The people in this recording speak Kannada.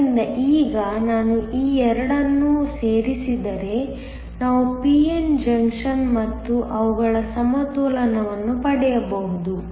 ಆದ್ದರಿಂದ ಈಗ ನಾನು ಈ 2 ಅನ್ನು ಸೇರಿಸಿದರೆ ನಾವು p n ಜಂಕ್ಷನ್ ಮತ್ತು ಅವುಗಳ ಸಮತೋಲನವನ್ನು ಪಡೆಯಬಹುದು